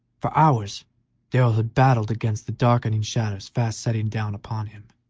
for hours darrell had battled against the darkening shadows fast settling down upon him,